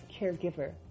caregiver